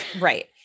Right